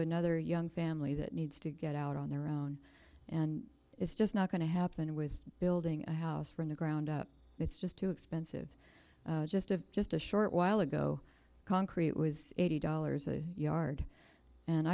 another young family that needs to get out on their own and it's just not going to happen with building a house from the ground up it's just too expensive just of just a short while ago concrete was eighty dollars a yard and